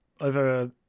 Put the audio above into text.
over